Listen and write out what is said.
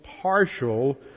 partial